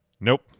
Nope